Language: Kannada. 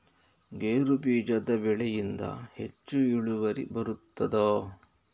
ಗೇರು ಬೀಜದ ಬೆಳೆಯಿಂದ ಹೆಚ್ಚು ಇಳುವರಿ ಬರುತ್ತದಾ?